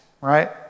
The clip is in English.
right